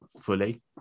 fully